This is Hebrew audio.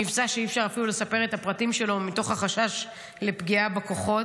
מבצע שאי-אפשר אפילו לספר את הפרטים שלו מתוך החשש לפגיעה בכוחות.